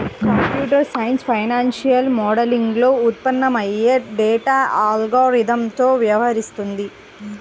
computer science financial మోడలింగ్లో ఉత్పన్నమయ్యే data అల్గారిథమ్లతో వ్యవహరిస్తుంది